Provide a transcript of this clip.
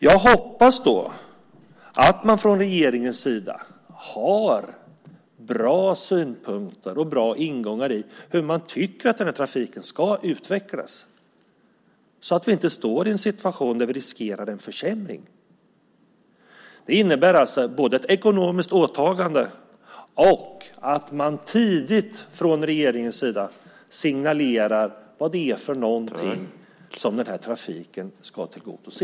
Jag hoppas att man från regeringens sida har bra synpunkter och bra ingångar när det gäller hur man tycker att trafiken ska utvecklas så att vi inte står i en situation där vi riskerar en försämring. Det innebär både ett ekonomiskt åtagande och att man tidigt från regeringens sida signalerar vad det är som trafiken ska tillgodose.